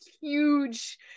huge